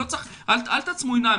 אל תעצמו עיניים,